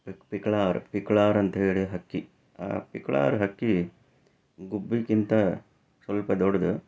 ಪಿಕ್ ಪಿಕಳಾರ ಪಿಕಳಾರ ಅಂತೇಳಿ ಹಕ್ಕಿ ಆ ಪಿಕಳಾರ ಹಕ್ಕಿ ಗುಬ್ಬಿಗಿಂತ ಸ್ವಲ್ಪ ದೊಡ್ಡದು